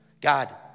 God